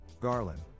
Garland